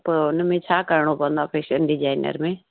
पोइ उनमें छा करिणो पवंदो आहे फेशन डिजाइनर में